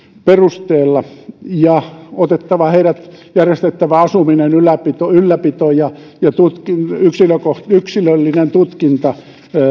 perusteella otettava heidät kaikki vastaan järjestettävä asuminen ylläpito ylläpito ja ja yksilöllinen tutkinta